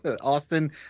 Austin